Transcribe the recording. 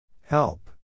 Help